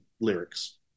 lyrics